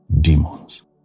demons